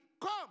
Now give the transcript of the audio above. Come